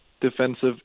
defensive